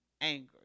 angry